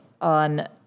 on